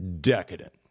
decadent